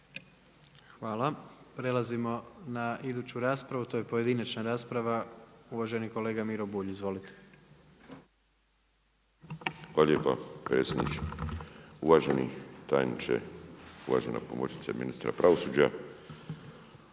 Hvala. Prelazimo na iduću raspravu. To je pojedinačna rasprava, uvaženi kolega Miro Bulj. Izvolite. **Bulj, Miro (MOST)** Hvala lijepa predsjedniče. Uvaženi tajniče, uvažena pomoćnice ministra pravosuđa,